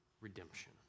redemption